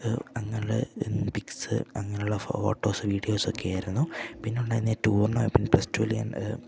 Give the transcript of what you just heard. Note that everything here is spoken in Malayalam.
അങ്ങനുള്ള പിക്സ് അങ്ങനുള്ള ഫോട്ടോസ് വീഡിയോസൊക്കെ ആയിരുന്നു പിന്നൊണ്ടായിരുന്നെ ടൂറിന് പോയപ്പം പിന്നെ പ്ലസ്ടുലെ